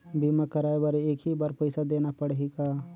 बीमा कराय बर एक ही बार पईसा देना पड़ही का?